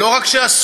הם לא רק עשו,